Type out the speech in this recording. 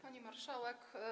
Pani Marszałek!